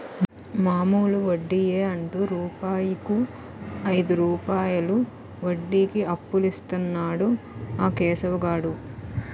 మామూలు వడ్డియే అంటు రూపాయికు ఐదు రూపాయలు వడ్డీకి అప్పులిస్తన్నాడు ఆ కేశవ్ గాడు